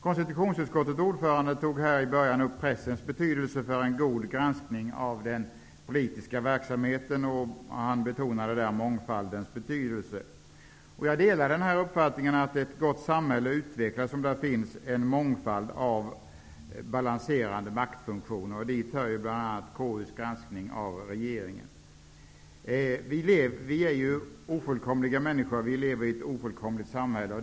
Konstitutionsutskottets ordförande nämnde i början pressens betydelse för en god granskning av den politiska verksamheten, och han betonade där mångfaldens betydelse. Jag delar uppfattningen att ett gott samhälle utvecklas, om där finns en mångfald av balanserande maktfunktioner, och dit hör bl.a. KU:s granskning av regeringen. Vi är ju ofullkomliga människor, och vi lever i ett ofullkomligt samhälle.